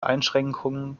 einschränkungen